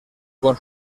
con